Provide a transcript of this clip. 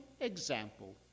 example